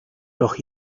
doch